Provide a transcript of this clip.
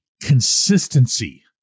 consistency